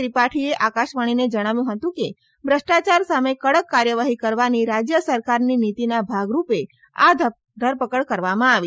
ત્રિપાઠીએ આકશવાણીને જણાવ્યું હતું કે ભુષ્ટાયાર સામે કડક કાર્યવાહી કરવાની રાજ્ય સરકારની નીતિના ભાગરૂપે આ ધરપકડ કરવામાં આવી છે